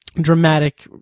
dramatic